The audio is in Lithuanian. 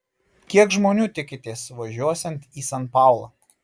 kiek žmonių tikitės suvažiuosiant į san paulą